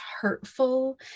hurtful